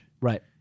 right